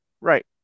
right